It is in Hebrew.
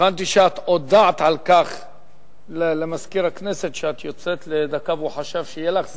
הבנתי שאת הודעת למזכיר הכנסת שאת יוצאת לדקה והוא חשב שיהיה לך זמן.